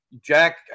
Jack